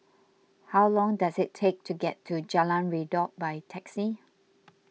how long does it take to get to Jalan Redop by taxi